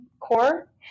core